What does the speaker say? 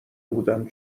بودم